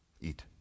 eat